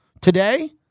Today